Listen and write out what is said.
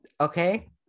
Okay